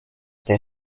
der